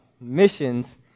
Missions